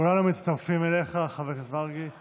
כולנו מצטרפים אליך, חבר הכנסת מרגי.